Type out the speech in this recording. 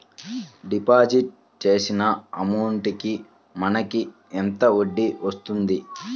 Deposit చేసిన amount కి మనకి ఎంత వడ్డీ వస్తుంది?